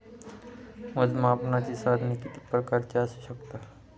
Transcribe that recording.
मोजमापनाची साधने किती प्रकारची असू शकतात?